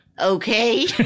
Okay